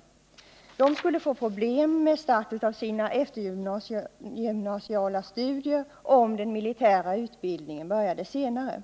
Dessa pojkar skulle få problem med starten av sina eftergymnasiala studier om den militära utbildningen började senare.